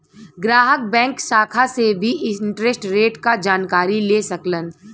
ग्राहक बैंक शाखा से भी इंटरेस्ट रेट क जानकारी ले सकलन